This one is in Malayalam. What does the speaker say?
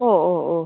ഓ ഓ ഓ